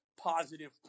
positive